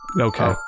Okay